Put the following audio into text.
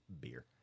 beer